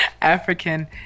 African